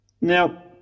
now